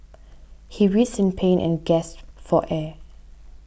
he writhed in pain and gasped for air